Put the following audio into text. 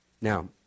Now